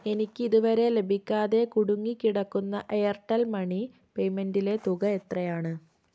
എനിക്ക് ഇതുവരെ ലഭിക്കാതെ കുടുങ്ങിക്കിടക്കുന്ന എയർടെൽ മണി പേയ്മെൻറ്റിലെ തുക എത്രയാണ്